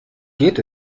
geht